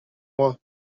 moi